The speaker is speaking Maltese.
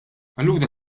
allura